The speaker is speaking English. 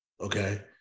okay